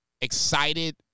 excited